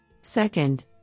Second